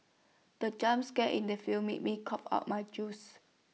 the jump scare in the film made me cough out my juice